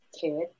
kid